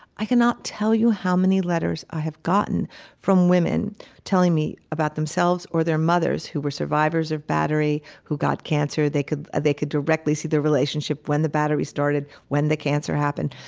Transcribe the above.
i cannot tell you how many letters i have gotten from women telling me about themselves or their mothers who were survivors of battery, who got cancer. they could they could directly see the relationship when the battery started, when the cancer happened.